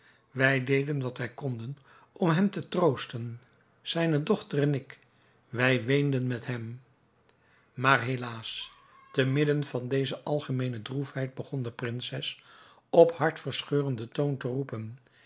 wij deden wat wij konden om hem te troosten zijne dochter en ik wij weenden met hem maar helaas te midden van deze algemeene droefheid begon de prinses op hartverscheurenden toon te roepen